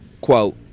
Quote